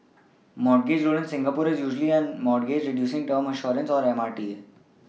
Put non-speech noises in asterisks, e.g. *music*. mortgage loan in Singapore is usually known as mortgage Reducing term Assurance or M R T A *noise*